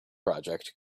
project